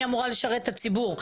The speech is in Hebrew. אני אמורה לשרת את הציבור.